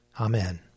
Amen